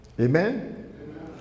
amen